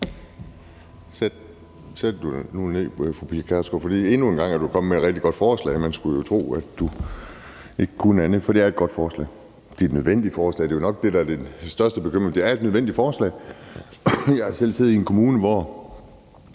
Jeg har selv siddet i en kommune, hvor